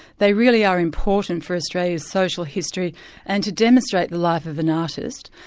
they really are important for australia's social history and to demonstrate the life of an artist,